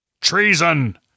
Treason